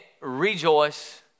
rejoice